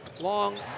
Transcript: long